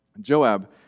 Joab